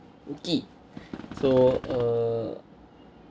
okay so err